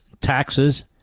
taxes